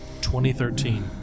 2013